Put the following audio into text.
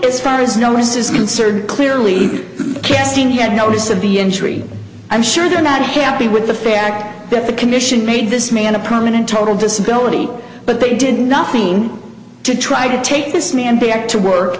as far as notices inserted clearly casting he had notice of the injury i'm sure they're not happy with the fact that the commission made this man a prominent total disability but they did nothing to try to take this man back to work